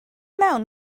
mewn